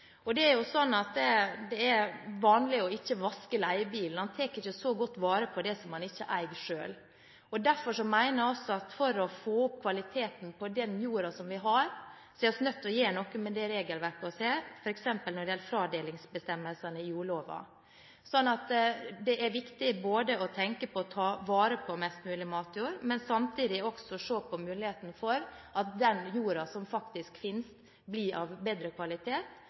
Det er jo sånn at det er vanlig ikke å vaske leiebilen – man tar ikke så godt vare på det man ikke eier selv. Derfor mener jeg at for å få opp kvaliteten på den jorda vi har, er vi nødt til å gjøre noe med regelverket, f.eks. når det gjelder fradelingsbestemmelsene i jordloven. Det er viktig både å ta vare på mest mulig matjord og samtidig se på muligheten for at den jorda som faktisk finnes, blir av bedre kvalitet.